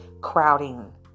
crowding